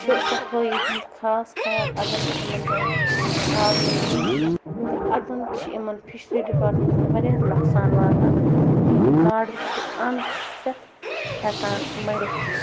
چھِ صفٲیی ہُنٛد خاص خیال اگر نہٕ یِمَن جایَن تھاونہٕ یِیہِ تہٕ اتٮ۪ن چھِ یِمَن فِشری ڈِپاٹمیٚنٛٹَن واریاہ نۄقصان واتان تہٕ یِم گاڈٕ چھےٚ اَنٛد ہٮ۪تھ ہٮ۪کان مٔرِتھ